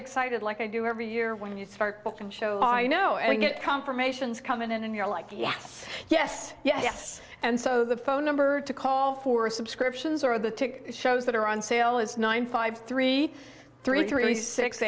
excited like i do every year when you start booking show i know you get confirmations come in and you're like yes yes yes and so the phone number to call for subscriptions or the tick shows that are on sale is nine five three three three six